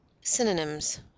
Synonyms